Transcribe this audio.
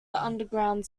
underground